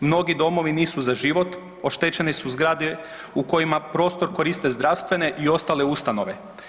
Mnogi domovi nisu za život, oštećene su zgrade u kojima prostor koriste zdravstvene i ostale ustanove.